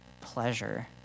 pleasure